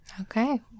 Okay